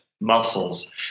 muscles